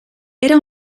era